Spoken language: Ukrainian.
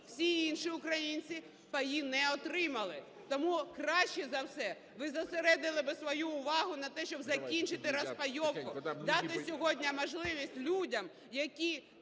всі інші українці паїв не отримали. Тому краще за все ви зосередили б свою увагу на тому, щоб закінчити розпайовку, дати сьогодні можливість людям, які,